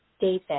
David